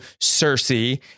Cersei